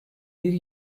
bir